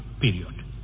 period